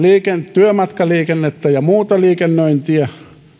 työmatkaliikennettä ja muuta liikennöintiä